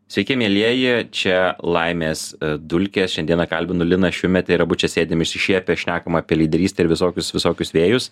sveiki mielieji čia laimės dulkės šiandieną kalbinu liną šiumetę ir abu čia sėdim išsišiepę šnekam apie lyderystę ir visokius visokius vėjus